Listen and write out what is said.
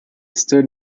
stood